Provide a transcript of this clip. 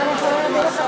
זה מה שאתם עושים עכשיו.